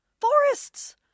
Forests